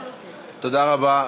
תודה רבה.